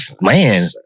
Man